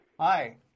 Hi